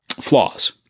flaws